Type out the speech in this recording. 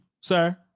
sir